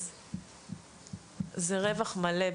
אז זה רווח מלא.